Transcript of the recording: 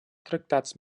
tractats